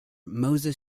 moses